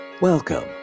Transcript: Welcome